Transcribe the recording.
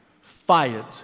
fired